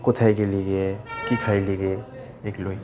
কোথায় গলিগে কী খাইলেি গে এগুলোই